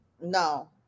No